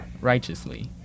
righteously